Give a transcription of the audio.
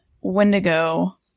Wendigo